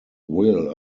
wil